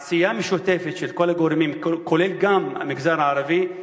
עשייה משותפת של כל הגורמים, כולל גם המגזר הערבי,